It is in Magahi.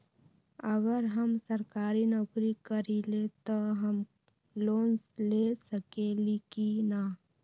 अगर हम सरकारी नौकरी करईले त हम लोन ले सकेली की न?